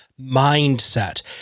mindset